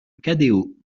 cadéot